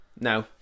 No